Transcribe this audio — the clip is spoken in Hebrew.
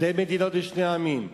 שתי מדינות לשני העמים.